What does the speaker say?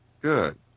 Good